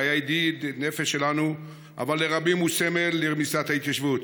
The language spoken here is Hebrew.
שהיה ידיד נפש שלנו אבל לרבים הוא סמל לרמיסת ההתיישבות,